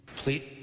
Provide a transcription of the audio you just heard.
please